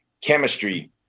chemistry